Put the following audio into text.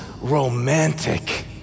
romantic